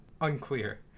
unclear